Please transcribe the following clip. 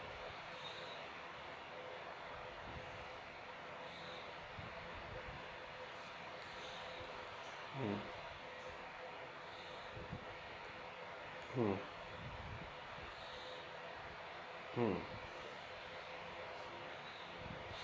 mm